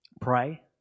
pray